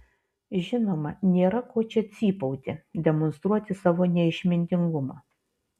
žinoma nėra ko čia cypauti demonstruoti savo neišmintingumą